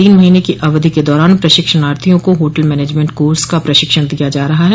तीन महीने की अवधि के दौरान प्रशिक्षणार्थियों को होटल मैनेजमेंट कोर्स का प्रशिक्षण दिया जा रहा हैं